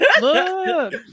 Look